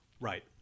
right